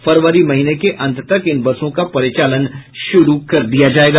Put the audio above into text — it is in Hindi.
फरवरी महीने के अंत तक इन बसों का परिचालन शुरू कर दिया जायेगा